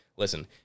Listen